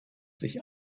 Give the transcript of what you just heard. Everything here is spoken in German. sich